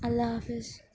اللہ حافظ